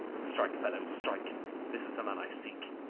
strike, fellows, strike this is the man i seek.